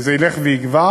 וזה ילך ויגבר.